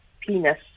penis